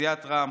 סיעת רע"מ,